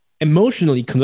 emotionally